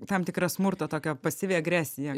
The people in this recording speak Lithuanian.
tam tikra smurto tokia pasyvi agresija